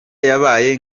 yabaye